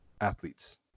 athletes